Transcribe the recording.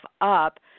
up